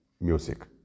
music